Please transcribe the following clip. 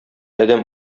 адәм